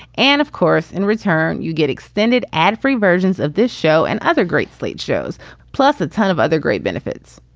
and of course, in return you get extended ad free versions of this show and other great slate shows plus a ton of other great benefits.